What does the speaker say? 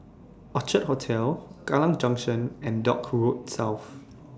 Orchard Hotel Kallang Junction and Dock Road South